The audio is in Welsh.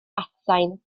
atsain